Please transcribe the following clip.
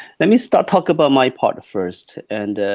let me start talking about my part first. and